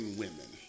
women